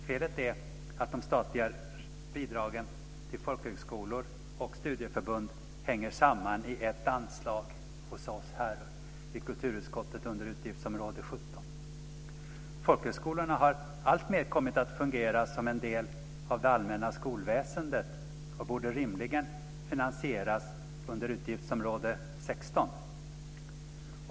Felet är att de statliga bidragen till folkhögskolor och studieförbund hänger samman i ett anslag under utgiftsområde 17 hos oss här i kulturutskottet. Folkhögskolorna har alltmer kommit att fungera som en del av det allmänna skolväsendet och borde rimligen finansieras under utgiftsområde 16.